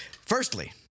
Firstly